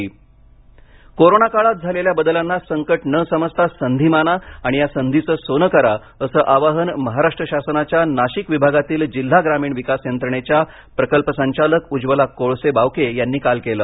webinar corona काळात झालेल्या बदलांना संकट न समजता संधी माना आणि या संधीचे सोनं करा असं आवाहन महाराष्ट्र शासनाच्या नाशिक विभागातील जिल्हा ग्रामीण विकास यंत्रणेच्या प्रकल्प संचालक उज्ज्वला कोळसे बावके यांनी काल केले